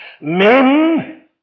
men